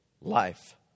life